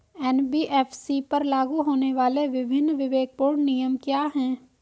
NBFC पर लागू होने वाले विभिन्न विवेकपूर्ण नियम क्या हैं?